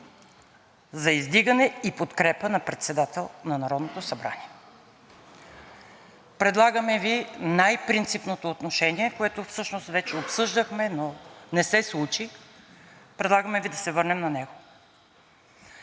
за издигане и подкрепа на председател на Народното събрание. Предлагаме Ви най-принципното отношение, което всъщност вече обсъждахме, но не се случи. Предлагаме Ви да се върнем на него